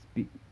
speak